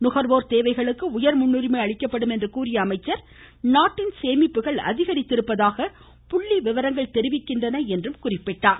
நுகர்வோர் தேவைகளுக்கு உயர் முன்னுரிமை அளிக்கப்படும் என்றும் அவர் நாட்டின் சேமிப்புகள் அதிகரித்திருப்பதாக புள்ளி விவரங்கள் கூறிய அவர் தெரிவிக்கின்றன என்றார்